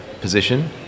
position